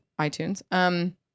iTunes